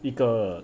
一个